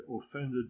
offended